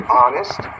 honest